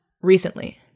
recently